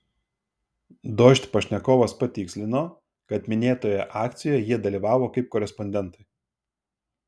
dožd pašnekovas patikslino kad minėtoje akcijoje jie dalyvavo kaip korespondentai